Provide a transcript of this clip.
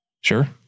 Sure